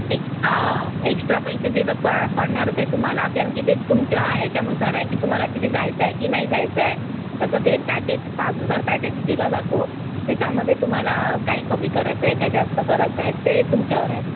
extra extra पैसे देणं प पडणारच आहे तुम्हाला कारण की ते तुमच्या याच्यानुसार आहे की तुम्हाला तिथे जायचं आहे की नाही जायचं आहे तसं ते पॅकेज पाच हजार पॅकेज दिला जातो त्याच्यामध्ये तुम्हाला काय कमी करायचं आहे काय जास्त करायचं आहे ते तुमच्यावर आहे